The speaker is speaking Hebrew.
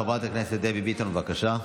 חברת הכנסת דבי ביטון, בבקשה.